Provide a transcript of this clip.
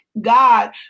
God